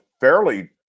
fairly